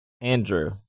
Andrew